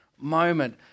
moment